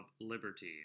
Liberty